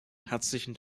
herzlichen